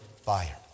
fire